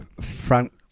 Frank